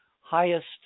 highest